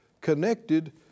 connected